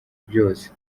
byose